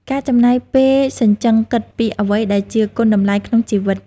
ចំណាយពេលសញ្ជឹងគិតពីអ្វីដែលជាគុណតម្លៃក្នុងជីវិត។